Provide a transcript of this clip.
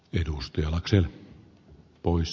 industrial axel pois